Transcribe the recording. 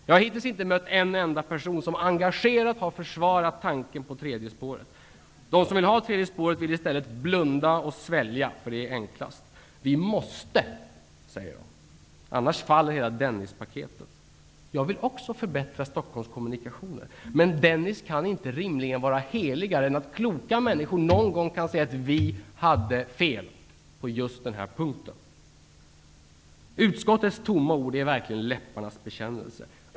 Jag har hittills inte mött en enda person som engagerat har försvarat tanken på ett tredje spår. De som vill ha tredje spåret vill istället blunda och svälja, eftersom det är enklast. Vi måste, säger de, annars faller hela Dennispaketet. Också jag vill förbättra Stockholms kommunikationer. Men Dennis kan inte rimligen vara heligare än att kloka människor någon gång kan säga: Vi hade fel på just den här punkten. Utskottets tomma ord är verkligen läpparnas bekännelse.